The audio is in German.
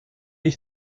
ich